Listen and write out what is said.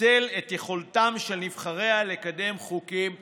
ותבטל את יכולתם של נבחריה לקדם חוקים פרטיים.